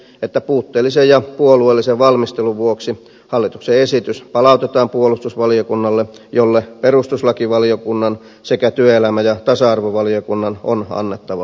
esitän että puutteellisen ja puolueellisen valmistelun vuoksi hallituksen esitys palautetaan puolustusvaliokunnalle jolle perustuslakivaliokunnan sekä työelämä ja tasa arvovaliokunnan on annettava lausunto